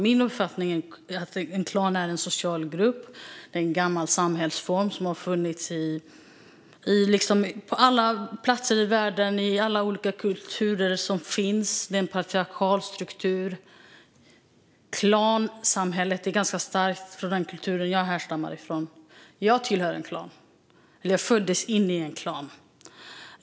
Min uppfattning är att en klan är en social grupp. Det är en gammal samhällsform som har funnits på alla platser i världen, i alla olika kulturer som finns. Det är en patriarkal struktur. Klansamhället är starkt i den kultur jag härstammar från. Jag tillhör en klan, det vill säga jag föddes in i en klan.